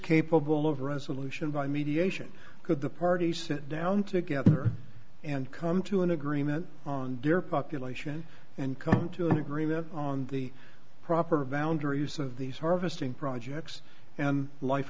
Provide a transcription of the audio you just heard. capable of resolution by mediation could the parties sit down together and come to an agreement on their population and come to an agreement on the proper boundary use of these harvesting projects and life